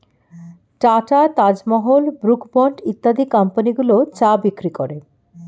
tata, Taj Mahal, Brooke bond ইত্যাদি কোম্পানিগুলো চা বিক্রি করে